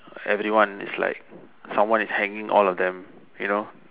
everyone is like someone is hanging all of them you know